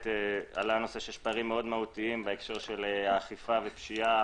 עלה הנושא שיש פערים מאוד מהותיים בהקשר של אכיפה ופשיעה,